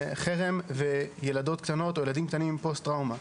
חרם וילדות קטנות או ילדים קטנים עם פוסט טראומה.